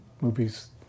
movies